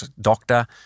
doctor